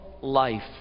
life